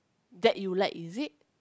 that you like is it